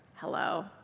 hello